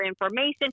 information